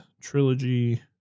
Trilogy